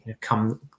come